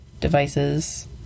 devices